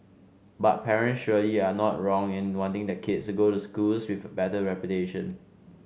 but parents surely are not wrong in wanting their kids to go to schools with a better reputation